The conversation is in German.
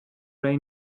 ray